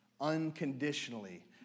unconditionally